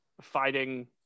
fighting